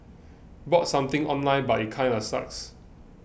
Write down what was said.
bought something online but it kinda sucks